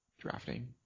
drafting